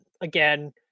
again